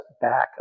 back